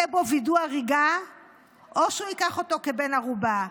בו וידוא הריגה או שהוא ייקח אותו כבן ערובה.